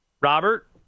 Robert